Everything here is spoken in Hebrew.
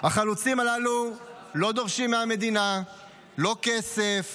החלוצים האלה לא דורשים מהמדינה, לא כסף